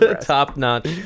Top-notch